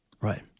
Right